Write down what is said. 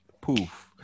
Poof